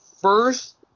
first